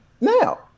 now